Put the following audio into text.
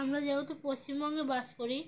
আমরা যেহেতু পশ্চিমবঙ্গে বাস করি